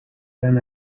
eran